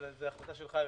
אבל זו החלטה שלך,